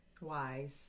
wise